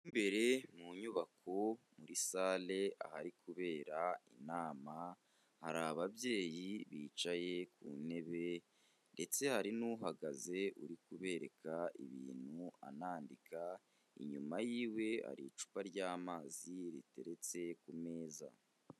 Imbere mu nyubako muri sare ahari kubera inama, hari ababyeyi bicaye ku ntebe ndetse hari n'uhagaze uri kubereka ibintu anandika, inyuma y'iwe hari icupa ry'amazi riteretse ku meza.